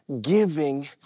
Giving